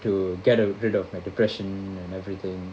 to get rid of my depression and everything